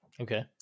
Okay